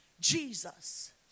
Jesus